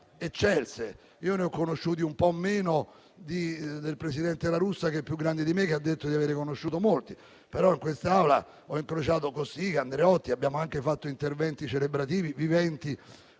ne ho conosciuti meno del presidente La Russa, che è più grande di me e ha detto di averne conosciuti molti, però in quest'Aula ho incrociato Cossiga e Andreotti, abbiamo fatto anche interventi celebrativi, quando